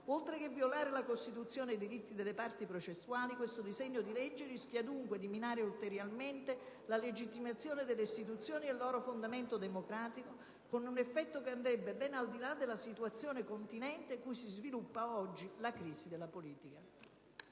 Oltre che violare la Costituzione e i diritti delle parti processuali, questo disegno di legge rischia dunque di minare ulteriormente la legittimazione delle istituzioni e il loro fondamento democratico, con un effetto che andrebbe ben al di là della situazione contingente in cui si sviluppa oggi la crisi della politica.